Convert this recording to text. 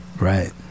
Right